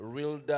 Real